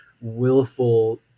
willful